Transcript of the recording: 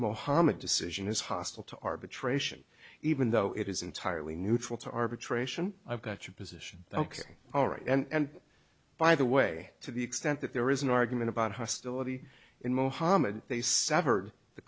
mohammad decision is hostile to arbitration even though it is entirely neutral to arbitration i've got your position ok all right and by the way to the extent that there is an argument about hostility in mohammad they severed the